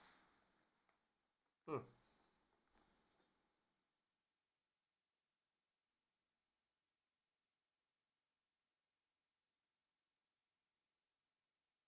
mm